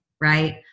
right